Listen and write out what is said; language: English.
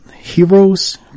Heroes